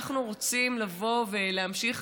אנחנו רוצים לבוא ולהמשיך